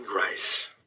Grace